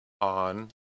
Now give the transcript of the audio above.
on